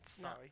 sorry